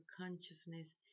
consciousness